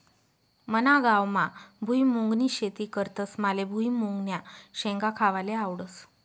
मना गावमा भुईमुंगनी शेती करतस माले भुईमुंगन्या शेंगा खावाले आवडस